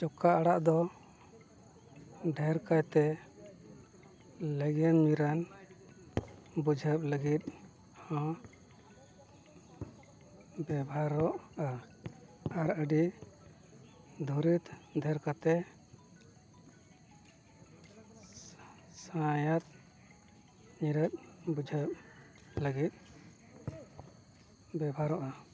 ᱪᱳᱣᱠᱟ ᱚᱲᱟᱜ ᱫᱚ ᱰᱷᱮᱨ ᱠᱟᱭᱛᱮ ᱞᱮᱜᱮᱢ ᱧᱤᱨᱟᱱ ᱵᱩᱡᱷᱟᱹᱣ ᱞᱟᱹᱜᱤᱫ ᱦᱚᱸ ᱵᱮᱵᱷᱟᱨᱚᱜᱼᱟ ᱟᱨ ᱟᱹᱰᱤ ᱫᱷᱩᱨᱤᱛ ᱰᱷᱮᱨ ᱠᱟᱭᱛᱮ ᱥᱟᱸᱭᱟᱫ ᱧᱤᱨᱟᱱ ᱵᱩᱡᱷᱟᱹᱣ ᱞᱟᱹᱜᱤᱫ ᱵᱮᱵᱷᱟᱨᱚᱜᱼᱟ